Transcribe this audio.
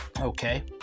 okay